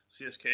CSK